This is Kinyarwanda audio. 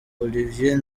olivier